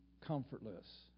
comfortless